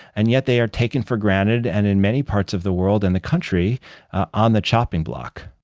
and yet they are taken for granted, and in many parts of the world and the country, are on the chopping block